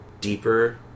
deeper